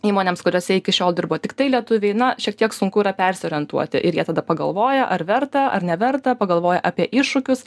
įmonėms kuriose iki šiol dirbo tiktai lietuviai na šiek tiek sunku yra persiorientuoti ir jie tada pagalvoja ar verta ar neverta pagalvoja apie iššūkius